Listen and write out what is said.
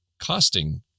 costing